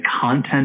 content